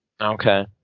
Okay